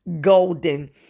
golden